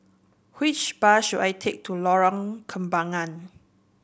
which bus should I take to Lorong Kembagan